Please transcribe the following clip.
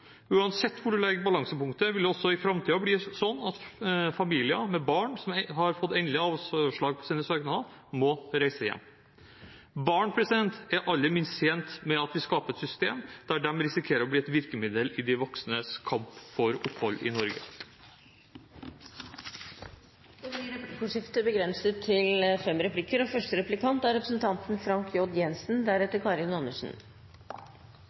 Uansett hvor man legger balansepunktet, vil det i framtiden bli sånn at familier med barn som har fått endelig avslag på sine søknader, må reise hjem. Barn er aller minst tjent med at vi skaper et system der de risikerer å bli et virkemiddel i de voksnes kamp for opphold i Norge. Det blir replikkordskifte. Det er bra at det kan samles nokså bred enighet om denne saken her i dag. Samtidig er